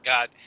God